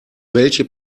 welche